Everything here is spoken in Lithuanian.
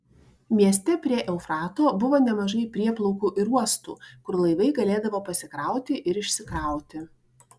mieste prie eufrato buvo nemažai prieplaukų ir uostų kur laivai galėdavo pasikrauti ir išsikrauti